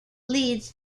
leads